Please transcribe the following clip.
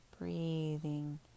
breathing